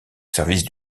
service